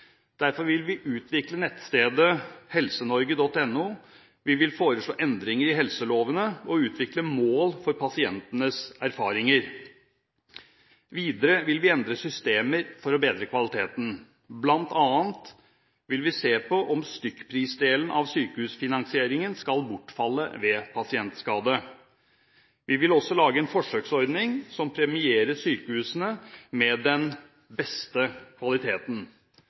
Derfor vil vi utvikle nettstedet helsenorge.no, og vi vil foreslå endringer i helselovene og utvikle mål for pasientenes erfaringer. Videre vil vi endre systemer for å bedre kvaliteten – bl.a. vil vi se på om stykkprisdelen av sykehusfinansieringen skal bortfalle ved pasientskade. Vi vil også lage en forsøksordning som premierer sykehusene med den beste kvaliteten,